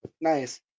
Nice